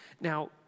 Now